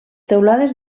teulades